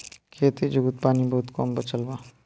खेती जुगुत पानी बहुत कम बचल बा